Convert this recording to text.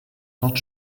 dort